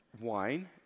wine